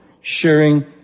Sharing